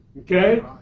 Okay